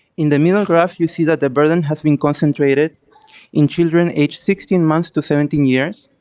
in the middle graph you see that the burden has been concentrated in children age sixteen months to seventeen years.